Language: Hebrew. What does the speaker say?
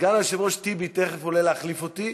סגן היושב-ראש טיבי תכף עולה להחליף אותי,